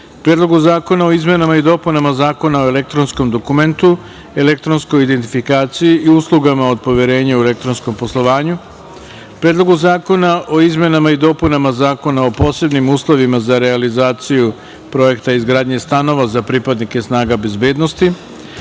Predlogu zakona o izmenama i dopunama Zakona o elektronskom dokumentu, elektronskoj identifikaciji i uslugama od poverenja u elektronskom poslovanju; Predlogu zakona o izmenama i dopunama Zakona o posebnim uslovima za realizaciju projekta izgradnje stanova za pripadnike snaga bezbednosti;